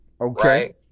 Okay